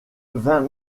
vingt